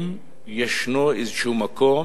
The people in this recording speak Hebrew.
אם ישנו איזשהו מקום,